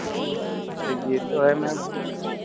अरे ये तो है मैम